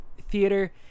theater